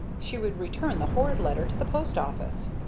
she would return the horrid letter to the post-office.